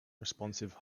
responsive